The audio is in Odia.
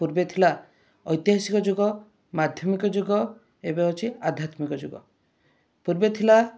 ପୂର୍ବେ ଥିଲା ଐତିହାସିକ ଯୁଗ ମାଧ୍ୟମିକ ଯୁଗ ଏବେ ଅଛି ଆଧ୍ୟାତ୍ମିକ ଯୁଗ ପୂର୍ବେ ଥିଲା